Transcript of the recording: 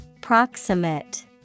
Proximate